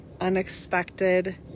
unexpected